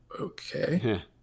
okay